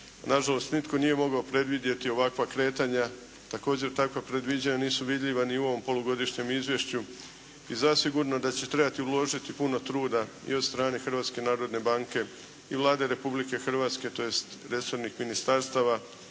Nažalost, nitko nije mogao predvidjeti ovakva kretanja. Također takva predviđanja nisu vidljiva ni u ovom polugodišnjem izvješću i zasigurno da će trebati uložiti puno truda i od strane Hrvatske narodne banke i Vlade Republike Hrvatske tj. resornih ministarstava